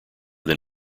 than